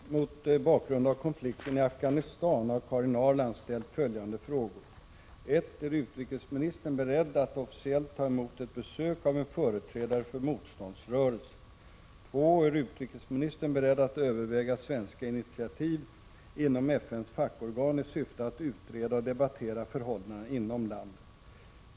Herr talman! Mot bakgrund av konflikten i Afghanistan har Karin hållandenai Afghani: Ahrland ställt följande frågor: FS Ark 1) Är utrikesministern beredd att officiellt ta emot ett besök av en företrädare för motståndsrörelsen? 2) Är utrikesministern beredd att överväga svenska initiativ inom FN:s fackorgan i syfte att utreda och debattera förhållandena inom landet?